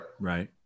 Right